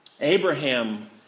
Abraham